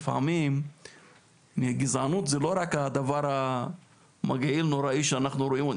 לפעמים גזענות זה לא רק הדבר המגעיל והנוראי שאנחנו רואים,